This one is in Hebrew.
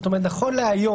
שהדברים ייאמרו.